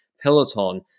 peloton